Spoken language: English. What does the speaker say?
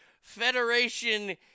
Federation